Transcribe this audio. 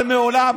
מיקי לוי כאן?